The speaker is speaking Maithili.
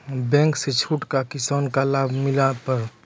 बैंक से छूट का किसान का लाभ मिला पर?